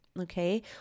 okay